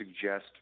suggest